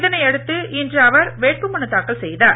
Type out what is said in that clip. இதனையடுத்து இன்று அவர் வேட்பு மனுத் தாக்கல் செய்தார்